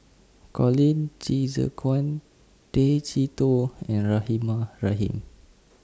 Colin Qi Zhe Quan Tay Chee Toh and Rahimah Rahim